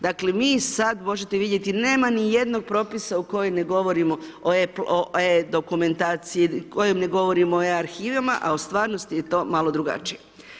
Dakle, mi sad, možete vidjeti, nema ni jednog propisa u kojem ne govorimo o e dokumentaciji, u kojem ne govorimo o e arhivama, a u stvarnosti je to malo drugačije.